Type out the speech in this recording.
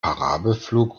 parabelflug